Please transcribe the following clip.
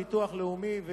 הלאומי.